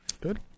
Good